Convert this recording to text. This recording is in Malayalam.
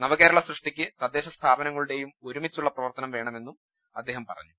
നവകേരള സൃഷ്ടിക്ക് തദ്ദേശസ്ഥാപനങ്ങളുടേയും ഒരുമിച്ചുള്ള പ്രവർത്തനം വേണമെന്നും അദ്ദേഹം പറഞ്ഞു